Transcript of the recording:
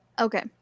Okay